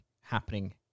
happening